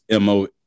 mo